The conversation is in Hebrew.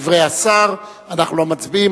בדברי השר, אנחנו לא מצביעים.